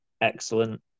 Excellent